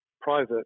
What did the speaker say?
private